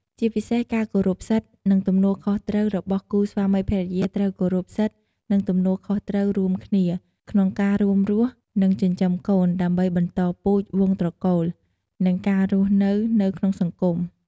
ជាពិសេសការគោរពសិទ្ធិ និងទំនួលខុសត្រូវរបស់គូស្វាមីភរិយាត្រូវគោរពសិទ្ធិ និងទំនួលខុសត្រូវរួមគ្នា ក្នុងការរួមរស់ និងចិញ្ចឹមកូន ដើម្បីបន្តពូជ វង្សត្រកូល និងការរស់នៅក្នុងសង្គម។